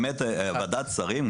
באמת ועדת השרים,